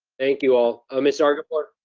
thank you all miss zargarpur?